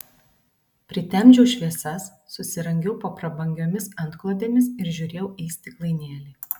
pritemdžiau šviesas susirangiau po prabangiomis antklodėmis ir žiūrėjau į stiklainėlį